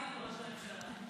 בבקשה.